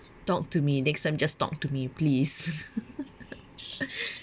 talk to me next time just talk to me please